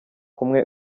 umwe